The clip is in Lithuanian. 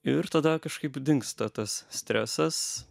ir tada kažkaip dingsta tas stresas